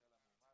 החלה מהומה.